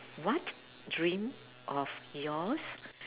what dream of yours